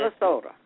Minnesota